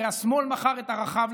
הרי השמאל מכר את ערכיו,